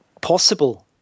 possible